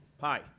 Hi